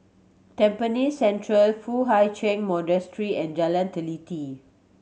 Tampines Central Foo Hai Ch'an Monastery and Jalan Teliti